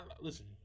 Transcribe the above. Listen